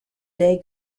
dai